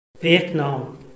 Vietnam